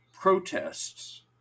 protests